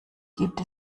gibt